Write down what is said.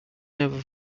never